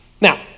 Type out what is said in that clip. Now